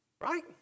Right